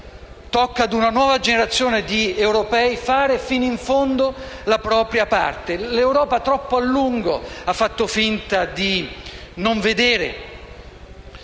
tocca ad una nuova generazione di europei fare fino in fondo la propria parte. L'Europa troppo a lungo ha fatto finta di non vedere,